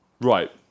Right